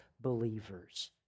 believers